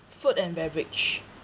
food and beverage